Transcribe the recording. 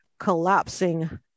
collapsing